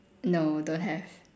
no don't have